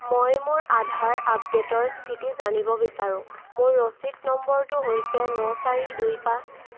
মই মোৰ আধাৰ আপডেটৰ স্থিতি জানিব বিচাৰোঁ মোৰ ৰচিদ নম্বৰটো হৈছে ন চাৰি দুই পাঁচ